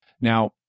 Now